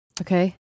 Okay